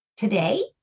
Today